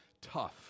tough